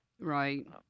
right